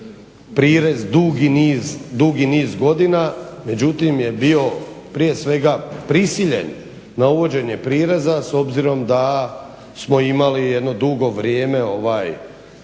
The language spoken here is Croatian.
prirez dugi niz godina, međutim je bio prije svega prisiljen na uvođenje prireza s obzirom da smo imali jedno dugo vrijeme